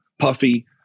puffy